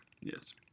Yes